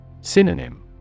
Synonym